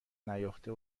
نیافته